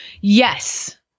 Yes